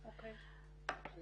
את